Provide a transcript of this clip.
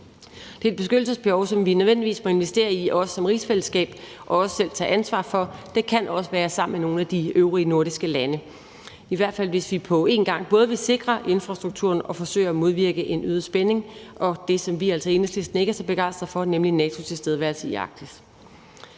et beskyttelsesbehov, som vi nødvendigvis må investere i, også som rigsfællesskab, og også selv tage ansvar for. Det kan også være sammen med nogle af de øvrige nordiske lande, i hvert fald hvis vi på en gang både vil sikre infrastrukturen og forsøge at modvirke en øget spænding og det, som vi altså i Enhedslisten ikke er så begejstret for, nemlig NATO's tilstedeværelse i Arktis.